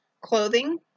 clothing